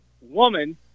woman